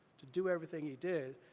to do everything he did,